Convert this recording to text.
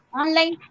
online